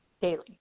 daily